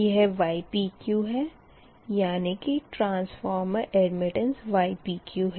यह ypq है यानी कि ट्रांसफॉर्मर अडमिटेंस ypq है